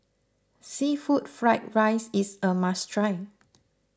Seafood Fried Rice is a must try